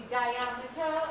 diameter